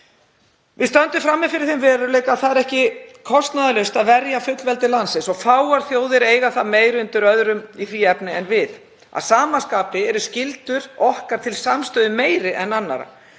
Við stöndum frammi fyrir þeim veruleika að það er ekki kostnaðarlaust að verja fullveldi landsins og fáar þjóðir eiga meira undir öðrum í því efni en við. Að sama skapi eru skyldur okkar til samstöðu meiri en annarra.